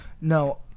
No